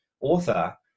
author